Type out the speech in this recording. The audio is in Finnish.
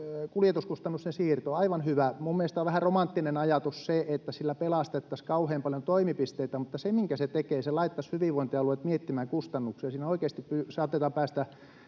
kuljetuskustannusten siirto on aivan hyvä. Minun mielestäni on vähän romanttinen ajatus se, että sillä pelastettaisiin kauhean paljon toimipisteitä, mutta se tekee sen, että se laittaisi hyvinvointialueet miettimään kustannuksia. Siinä oikeasti saatetaan päästä